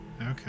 Okay